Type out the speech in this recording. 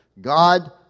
God